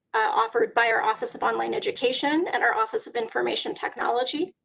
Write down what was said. offered by our office of online education and our office of information technology,